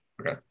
Okay